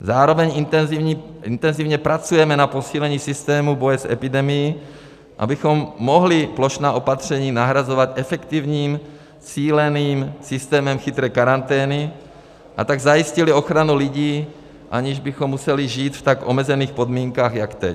Zároveň intenzivně pracujeme na posílení systému boje s epidemií, abychom mohli plošná opatření nahrazovat efektivním cíleným systémem chytré karantény, a tak zajistili ochranu lidí, aniž bychom museli žít v tak omezených podmínkách jako teď.